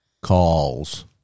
calls